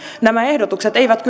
nämä ehdotukset eivät